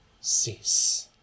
cease